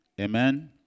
Amen